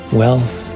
wealth